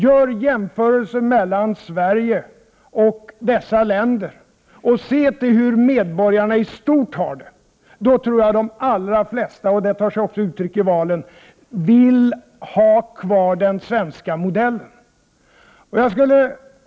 Gör jämförelsen mellan Sverige och länderna där de system praktiseras som Carl Bildt förordar och se till hur medborgarna stort har det! Då tror jag att de allra flesta — och det tar sig också uttryck i valen — vill ha kvar den svenska modellen.